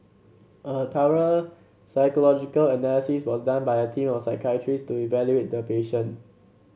a thorough psychological analysis was done by a team of psychiatrist to evaluate the patient